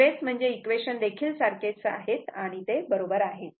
सगळेच म्हणजे इक्वेशन देखील सारखेच आहेत आणि ते बरोबर आहेत